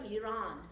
Iran